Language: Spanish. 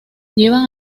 llevan